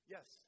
Yes